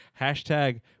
Hashtag